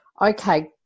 okay